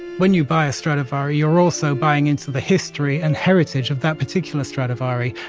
when you buy a stradivari, you're also buying into the history and heritage of that particular stradivari.